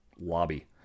lobby